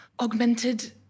augmented